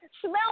smell